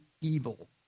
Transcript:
evil